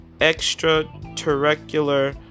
extraterrestrial